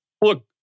look